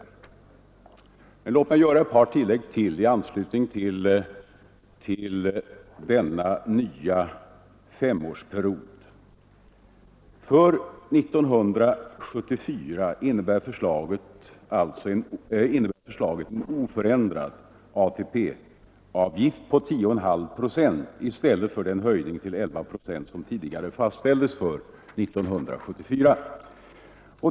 Låt mig dock ytterligare göra ett par tillägg i anslutning till den nya femårsperioden. För år 1974 innebär förslaget en oförändrad ATP-avgift på 10,5 procent i stället för den höjning till 11 procent som tidigare fastställts för 1974.